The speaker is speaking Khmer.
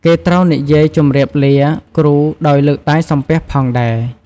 គេត្រូវនិយាយជំរាបលាគ្រូដោយលើកដៃសំពះផងដែរ។